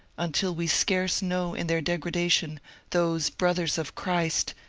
until we scarce know in their degradation those brothers of christ,